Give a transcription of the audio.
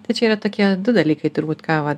tad čia yra tokie du dalykai turbūt ką vat